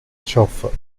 chauffeur